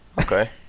okay